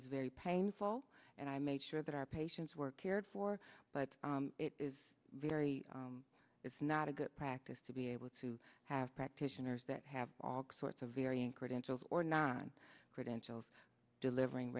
was very painful and i made sure that our patients were cared for but it is very it's not a good practice to be able to have practitioners that have all sorts of varying credential or non credentials delivering